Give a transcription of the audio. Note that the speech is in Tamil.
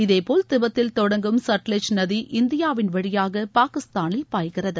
இதேபோல் திபெத்தில் தொடங்கும் சுட்லச் நதி இந்தியாவின் வழியாக பாகிஸ்தானில் பாய்கிறது